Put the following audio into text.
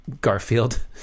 Garfield